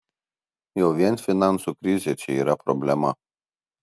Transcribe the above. jau vien finansų krizė čia yra problema